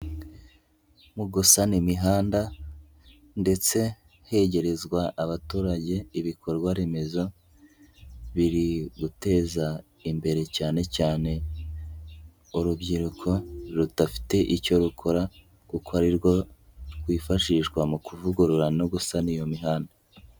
Mu gusana imihanda ndetse hegerezwa abaturage ibikorwa remezo, biri guteza imbere cyane cyane urubyiruko rudafite icyo rukora kuko ari rwo rwifashishwa mu kuvugurura no gusana iyo mihanda.